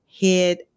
head